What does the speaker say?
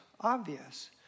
obvious